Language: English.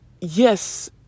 yes